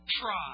try